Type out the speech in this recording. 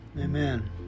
Amen